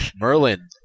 Merlin